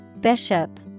Bishop